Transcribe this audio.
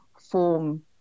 form